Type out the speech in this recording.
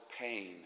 pain